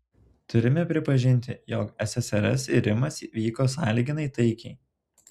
turime pripažinti jog ssrs irimas vyko sąlyginai taikiai